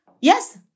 Yes